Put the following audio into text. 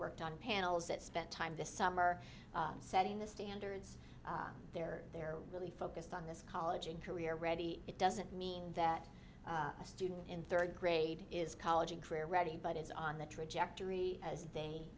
worked on panels that spent time this summer setting the standards there they're really focused on this college and career ready it doesn't mean that a student in third grade is college and career ready but is on the trajectory as